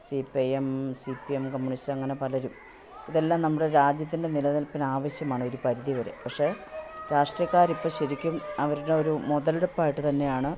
C P I M C P M communist അങ്ങനെ പലരും ഇതെല്ലാം നമ്മുടെ രാജ്യത്തിൻ്റെ നിലനിൽപ്പിന് ആവിശ്യമാണ് ഒരു പരിധിവരെ പക്ഷേ രാഷ്ട്രീയക്കാരിപ്പോൾ ശരിക്കും അവരുടെ ഒരു മുതലെടുപ്പായിട്ട് തന്നെയാണ്